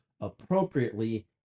appropriately